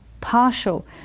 partial